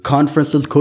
Conferences